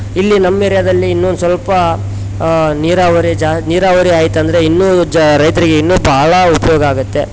ಇಲ್ಲಿ ನಮ್ಮ ಏರ್ಯಾದಲ್ಲಿ ಇನ್ನು ಒಂದು ಸ್ವಲ್ಪ ನೀರಾವರಿ ಜಾ ನೀರಾವರಿ ಆಯ್ತು ಅಂದರೆ ಇನ್ನು ಜ ರೈತರಿಗೆ ಇನ್ನು ಭಾಳ ಉಪಯೋಗ ಆಗುತ್ತೆ